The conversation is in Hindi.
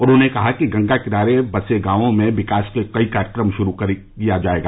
उन्होंने कहा कि सरकार गंगा किनारे बसे गांवों में विकास के कई कार्यक्रम शुरू करेगी